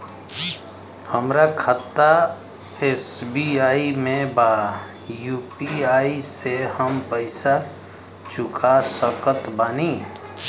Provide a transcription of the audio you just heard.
हमारा खाता एस.बी.आई में बा यू.पी.आई से हम पैसा चुका सकत बानी?